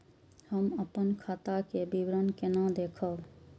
हम अपन खाता के विवरण केना देखब?